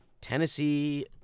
Tennessee